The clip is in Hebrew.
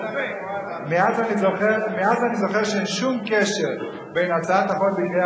מאז אני זוכר שאין שום קשר בין הצעת חוק בדיון